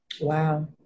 Wow